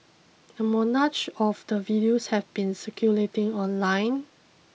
a of the videos have been circulating online